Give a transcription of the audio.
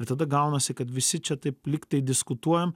ir tada gaunasi kad visi čia taip lyg tai diskutuojam